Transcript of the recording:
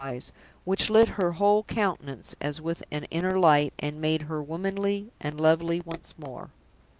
which lit her whole countenance as with an inner light, and made her womanly and lovely once more.